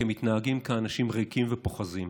שמתנהגים כאנשים ריקים ופוחזים